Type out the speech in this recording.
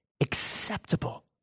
acceptable